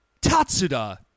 Tatsuda